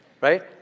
Right